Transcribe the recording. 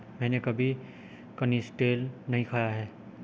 मैंने कभी कनिस्टेल नहीं खाया है